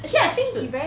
actually should